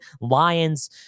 Lions